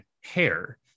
hair